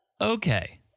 Okay